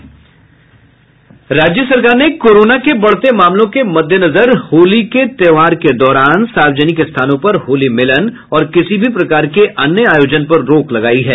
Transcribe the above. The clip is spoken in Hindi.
राज्य सरकार ने कोरोना के बढ़ते मामलों के मद्देनजर होली के त्योहार के दौरान सार्वजनिक स्थानों पर होली मिलन और किसी भी प्रकार के अन्य आयोजन पर रोक लगा दी है